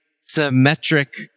symmetric